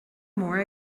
mór